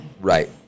Right